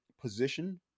position